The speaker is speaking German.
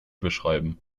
beschreiben